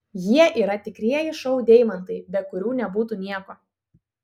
jie yra tikrieji šou deimantai be kurių nebūtų nieko